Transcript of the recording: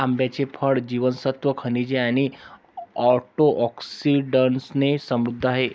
आंब्याचे फळ जीवनसत्त्वे, खनिजे आणि अँटिऑक्सिडंट्सने समृद्ध आहे